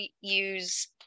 use